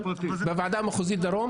בוועדה המחוזית דרום?